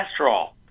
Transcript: cholesterol